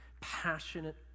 passionate